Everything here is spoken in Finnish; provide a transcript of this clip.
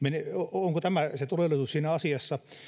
onko tämä se todellisuus siinä asiassa